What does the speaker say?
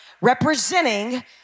representing